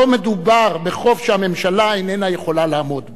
לא מדובר בחוב שהממשלה איננה יכולה לעמוד בו.